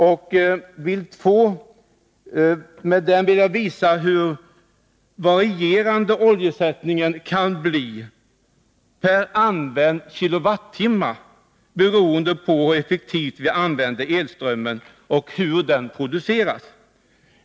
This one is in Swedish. Jag vill med den visa hur varierande oljeersättningen kan bli per använd kilowattimme, beroende på hur effektivt vi använder elströmmen och hur den produceras.